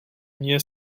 mně